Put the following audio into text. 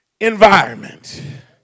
environment